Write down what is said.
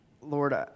Lord